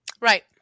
Right